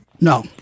No